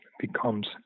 becomes